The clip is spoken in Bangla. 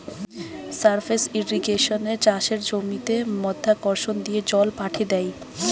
সারফেস ইর্রিগেশনে চাষের জমিতে মাধ্যাকর্ষণ দিয়ে জল পাঠি দ্যায়